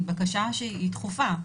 היא בקשה שהיא דחופה.